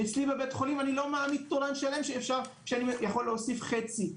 ואצלי בבית החולים אני לא מעמיד תורן שלם כשאני יכול להוסיף חצי.